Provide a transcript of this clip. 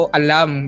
alam